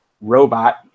robot